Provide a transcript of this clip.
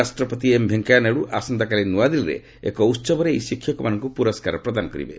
ଉପରାଷ୍ଟ୍ରପତି ଏମ୍ ଭେଙ୍କୟା ନାଇଡ଼ୁ ଆସନ୍ତାକାଲି ନ୍ନଆଦିଲ୍ଲୀରେ ଏକ ଉତ୍ସବରେ ଏହି ଶିକ୍ଷକମାନଙ୍କୁ ପୁରସ୍କାର ପ୍ରଦାନ କରିବେ